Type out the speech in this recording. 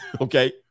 Okay